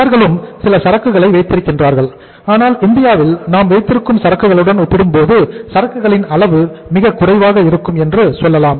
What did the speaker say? அவர்களும் சில சரக்குகளை வைத்திருக்கின்றார்கள் ஆனால் இந்தியாவில் நாம் வைத்திருக்கும் சரக்குகளுடன் ஒப்பிடும்போது சரக்குகளின் அளவு மிக குறைவாக இருக்கும் என்று சொல்லலாம்